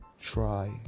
try